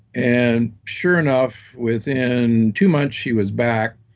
and sure enough, within two months, she was back.